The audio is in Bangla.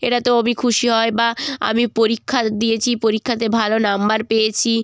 এটা তো আমি খুশি হই বা আমি পরীক্ষা দিয়েছি পরীক্ষাতে ভালো নম্বর পেয়েছি